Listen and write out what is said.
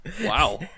Wow